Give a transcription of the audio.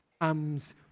comes